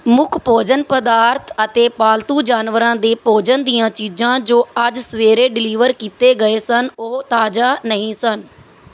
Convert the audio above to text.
ਮੁੱਖ ਭੋਜਨ ਪਦਾਰਥ ਅਤੇ ਪਾਲਤੂ ਜਾਨਵਰਾਂ ਦੇ ਭੋਜਨ ਦੀਆਂ ਚੀਜ਼ਾਂ ਜੋ ਅੱਜ ਸਵੇਰੇ ਡਿਲੀਵਰ ਕੀਤੇ ਗਏ ਸਨ ਉਹ ਤਾਜ਼ਾ ਨਹੀਂ ਸਨ